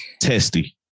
testy